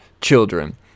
Children